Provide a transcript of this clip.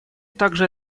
также